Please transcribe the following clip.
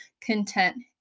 content